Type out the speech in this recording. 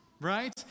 right